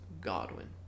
Godwin